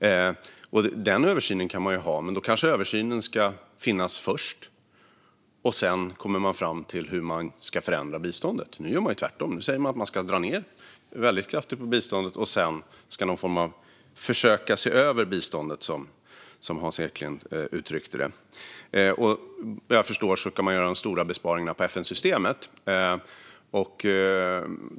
Man kan göra en översyn, men då kanske översynen ska göras först. Sedan kommer man fram till hur man ska förändra biståndet. Nu gör man tvärtom. Nu säger man att man ska dra ned väldigt kraftigt på biståndet, och sedan ska man försöka se över biståndet, som Hans Eklind uttryckte det. Vad jag förstår ska man göra de stora besparingarna på FN-systemet.